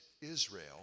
Israel